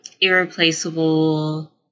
irreplaceable